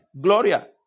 Gloria